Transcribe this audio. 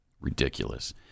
Ridiculous